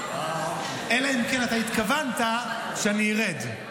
אלא אם כן התכוונת שאני ארד.